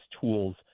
tools